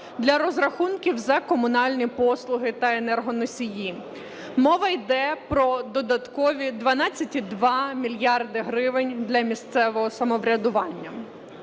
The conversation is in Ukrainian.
для розрахунків за комунальні послуги та енергоносії. Мова йде про додаткові 12,2 мільярда гривень для місцевого самоврядування.